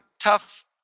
tough